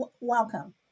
welcome